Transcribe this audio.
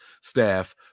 staff